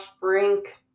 Brink